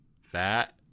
fat